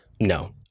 no